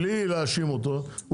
בלי להאשים אותו,